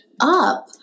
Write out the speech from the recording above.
up